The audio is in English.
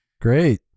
Great